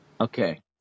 Okay